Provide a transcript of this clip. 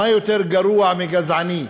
מה יותר גרוע מגזעני?